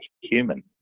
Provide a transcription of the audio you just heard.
human